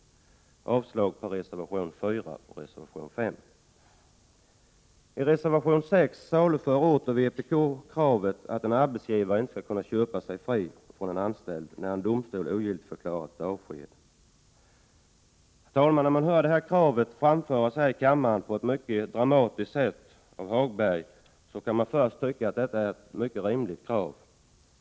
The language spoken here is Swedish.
Jag yrkar avslag på reservationerna 4 och 5. I reservation 6 saluför vpk åter kravet på att en arbetsgivare inte skall kunna köpa sig fri från en anställd, när en domstol ogiltigförklarat ett avsked. När man hör detta krav framföras här i kammaren på ett mycket dramatiskt sätt av Lars-Ove Hagberg, kan man först tycka att det är ett rimligt krav.